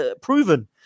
Proven